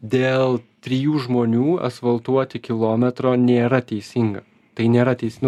dėl trijų žmonių asfaltuoti kilometro nėra teisinga tai nėra teis nu